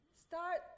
start